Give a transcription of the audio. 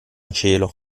cielo